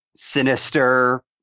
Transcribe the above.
sinister